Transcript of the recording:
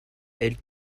elles